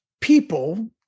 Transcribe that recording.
people